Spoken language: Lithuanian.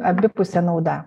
abipusė nauda